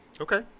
Okay